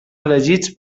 elegits